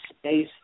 space